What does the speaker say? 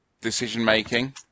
decision-making